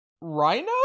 Rhino